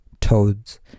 toads